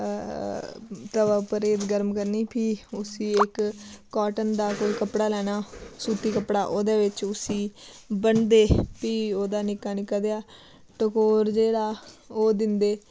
तवै उप्पर गरम करनी फ्ही उसी इक काटन दा कोई कपड़ा लैना सूती कपड़ा ओह्दे बिच्च उसी बन्नदे फ्ही ओह्दा निक्का निक्का देआ टकोर जेह्ड़ा ओह दिंदे